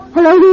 Hello